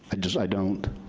i just, i don't.